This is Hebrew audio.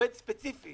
עובד ספציפי